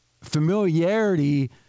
familiarity